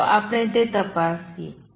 ચાલો આપણે તે તપાસીએ